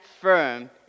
firm